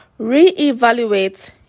Reevaluate